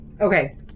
Okay